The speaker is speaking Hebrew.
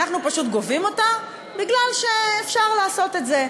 אנחנו פשוט גובים אותה בגלל שאפשר לעשות את זה,